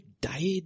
died